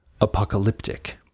apocalyptic